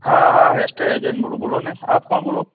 હા હા estate agent બોલું બોલો ને આપ કોણ બોલો